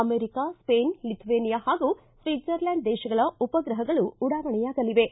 America Sweden Lithuania ಹಾಗೂ Switzerland ದೇಶಗಳ ಉಪಗ್ರಹಗಳು ಉಡಾವಣೆಯಾಗಲಿವೆ